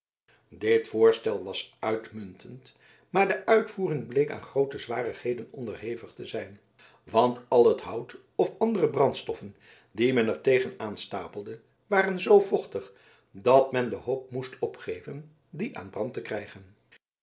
dit voorstel was uitmuntend maar de uitvoering bleek aan groote zwarigheden onderhevig te zijn want al het hout of andere brandstoffen die men er tegen aan stapelde waren zoo vochtig dat men de hoop moest opgeven die aan brand te krijgen